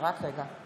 רק רגע.